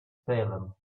salem